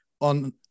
on